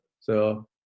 So-